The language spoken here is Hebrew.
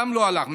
גם לא הלך,